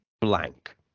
Blank